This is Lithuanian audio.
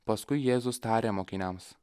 paskui jėzus tarė mokiniams